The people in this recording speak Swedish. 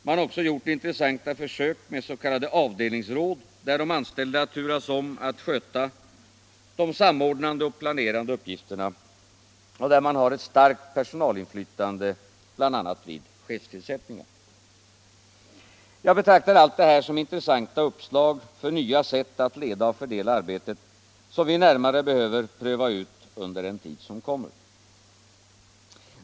Man har också gjort intressanta försök med s.k. avdelningsråd där de anställda turas om att sköta de samordnande och planerande uppgifterna och där man har ett starkt personalinflytande bl.a. vid chefstillsättningar. Jag betraktar allt detta som intressanta uppslag för nya sätt att leda och fördela arbetet, som vi närmare behöver pröva ut under den tid som kommer.